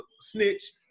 snitch